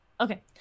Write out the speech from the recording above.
Okay